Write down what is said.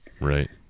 Right